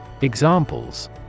Examples